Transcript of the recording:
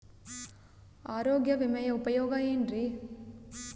ಆರೋಗ್ಯ ವಿಮೆಯ ಉಪಯೋಗ ಏನ್ರೀ?